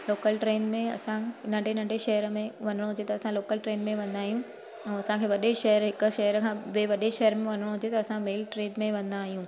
local train में असां नंढे नंढे शहर में वञिणो हुजे त असां लोकल ट्रेन में वेंदा आहियूं ऐं असांखे वॾे शहर हिकु शहर खां ॿिए वॾे शहर में वञिणो हुजे त असां ॿई ट्रेन में वेंदा आहियूं